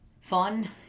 fun